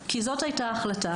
כי זו הייתה ההחלטה.